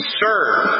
serve